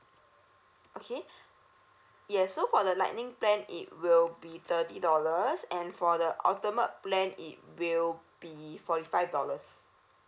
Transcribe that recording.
okay yes so for the lightning plan it will be thirty dollars and for the ultimate plan it will be forty five dollars